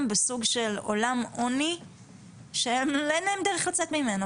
בסוג של עולם עוני שאין להם דרך לצאת ממנו,